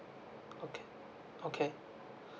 okay okay